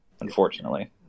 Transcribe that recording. unfortunately